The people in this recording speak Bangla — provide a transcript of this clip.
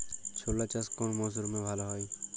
ছোলা চাষ কোন মরশুমে ভালো হয়?